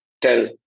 tell